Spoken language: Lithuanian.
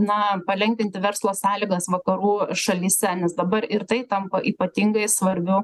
na palengvinti verslo sąlygas vakarų šalyse nes dabar ir tai tampa ypatingai svarbiu